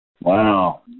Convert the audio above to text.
Wow